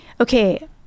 Okay